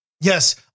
Yes